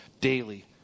daily